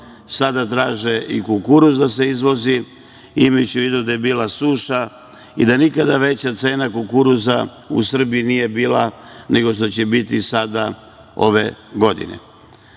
Sada traže i kukuruz da se izvozi imajući u vidu da je bila suša i da nikada veća cena kukuruza u Srbiji nije bila nego što će biti sada ove godine. Imao